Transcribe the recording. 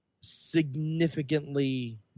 significantly